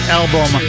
album